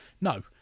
no